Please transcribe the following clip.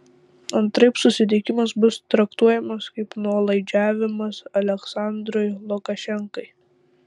antraip susitikimas bus traktuojamas kaip nuolaidžiavimas aliaksandrui lukašenkai